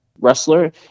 wrestler